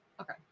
Okay